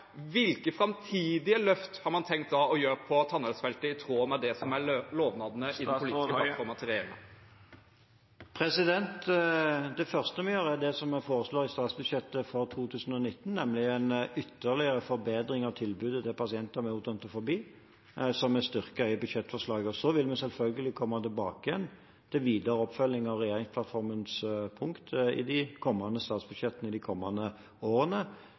i tråd med det som er lovnadene i den politiske plattformen til regjeringen? Det første vi gjør, er det vi foreslår i statsbudsjettet for 2019, nemlig en ytterligere forbedring av tilbudet til pasienter med odontofobi; det er styrket i budsjettforslaget. Så vil vi selvfølgelig komme tilbake til videre oppfølging av regjeringsplattformens punkt i de kommende statsbudsjettene i de kommende årene.